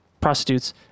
prostitutes